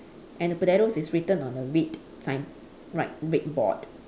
and the potatoes is written on a red sign right red board